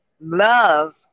love